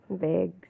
Big